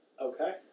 Okay